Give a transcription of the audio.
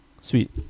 Sweet